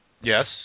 Yes